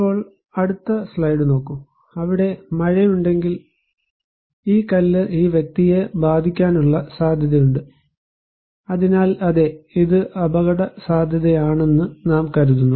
ഇപ്പോൾ അടുത്ത സ്ലൈഡ് നോക്കൂ അവിടെ മഴയുണ്ടെങ്കിൽ ഈ കല്ല് ഈ വ്യക്തിയെ ബാധിക്കാനുള്ള സാധ്യതയുണ്ട് അതിനാൽ അതെ ഇത് അപകടസാധ്യതയാണെന്ന് നാം കരുതുന്നു